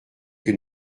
que